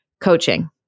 coaching